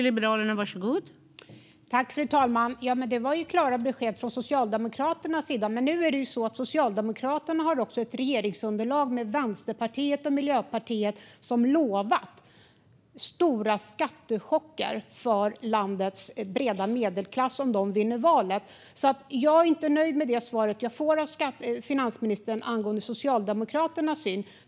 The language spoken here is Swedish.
Fru talman! Det var klara besked från Socialdemokraternas sida. Men Socialdemokraterna har ett regeringsunderlag med Vänsterpartiet och Miljöpartiet som har lovat stora skattechocker för landets breda medelklass om de vinner valet. Jag är därför inte nöjd med det svar som jag får av finansministern angående Socialdemokraternas syn.